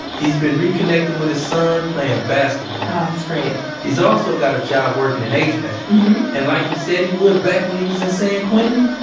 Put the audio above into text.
he's been reconnecting with his son playing basketball aw, that's great he's also got a job working in hvac, and like he said he would back when he was in san quentin,